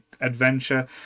adventure